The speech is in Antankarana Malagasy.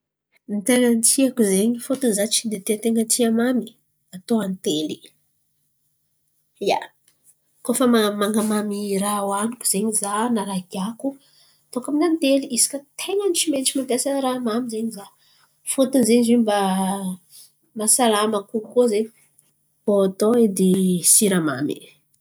Ny tain̈a ny tiako zen̈y fôtiny za tsy de tain̈a tia raha mamy. Koa man̈amamy raha hoaniko zen̈y za na raha higiako, ataoko amin’ny antely izy koa tain̈a ny tsy maintsy mampiasa raha mamy zen̈y za. Fôtiny zen̈y zo mba mahasalama kokoa zen̈y koa atô edy siramamy.